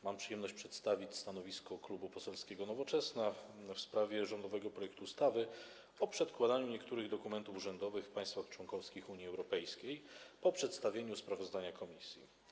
Mam przyjemność przedstawić stanowisko Klubu Poselskiego Nowoczesna w sprawie rządowego projektu ustawy o przedkładaniu niektórych dokumentów urzędowych w państwach członkowskich Unii Europejskiej po przedstawieniu sprawozdania komisji.